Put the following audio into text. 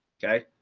okay.